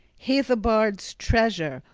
heathobard's treasure,